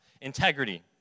Integrity